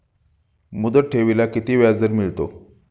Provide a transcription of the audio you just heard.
मुदत ठेवीला किती व्याजदर मिळतो?